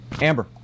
Amber